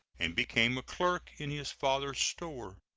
and became a clerk in his father's store.